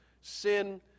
Sin